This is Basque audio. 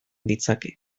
ditzake